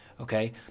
Okay